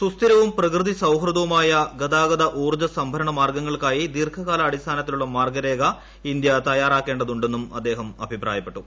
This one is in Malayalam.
സുസ്ഥിരവും പ്രകൃതി സൌഹൃദവുമായ ഗതാഗത ഊർജ്ജ സംഭരണ മാർഗങ്ങൾക്കായി ദീർഘകാലാടിസ്ഥാനത്തിലുള്ള മാർഗരേഖ ഇന്ത്യ തയ്യാറാക്കേണ്ടതുണ്ടെന്നും അദ്ദേഹം അഭിപ്രായപ്പെട്ടു